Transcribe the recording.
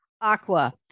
aqua